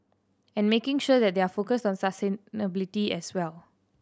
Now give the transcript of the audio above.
and making sure that they are focused on as well